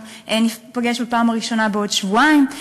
וניפגש בפעם הראשונה בעוד שבועיים,